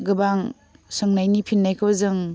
गोबां सोंनायनि फिन्नायखौ जों